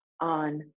on